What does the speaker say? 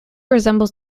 resembles